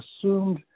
assumed